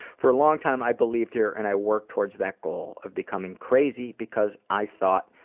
for a long time, i believed her and i worked towards that goal of becoming crazy, because i thought,